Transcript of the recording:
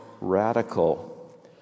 radical